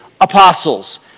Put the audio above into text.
apostles